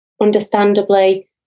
understandably